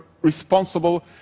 responsible